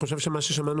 ששמענו